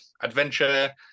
adventure